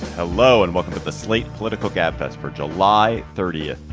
hello and welcome to the slate political gabfest for july thirtieth,